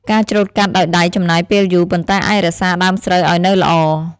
ការច្រូតកាត់ដោយដៃចំណាយពេលយូរ ប៉ុន្តែអាចរក្សាដើមស្រូវឱ្យនៅល្អ។